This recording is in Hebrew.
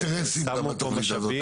יש לו אינטרסים גם לתוכנית הזאת.